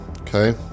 Okay